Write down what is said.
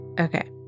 Okay